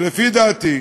ולפי דעתי,